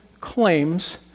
claims